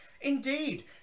Indeed